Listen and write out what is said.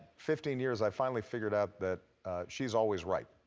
fifteen years i finally figured out that she's always right.